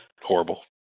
Horrible